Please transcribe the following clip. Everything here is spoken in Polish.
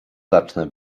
zacznę